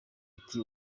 ati